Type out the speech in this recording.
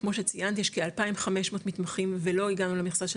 כמו שציינת יש כ-2,500 מתמחים ולא הגענו למכסה של